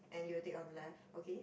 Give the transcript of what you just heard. and you'll take on left okay